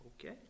Okay